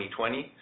2020